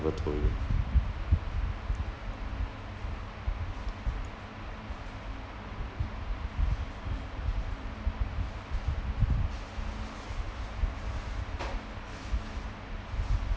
ever told you